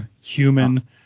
human